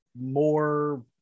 more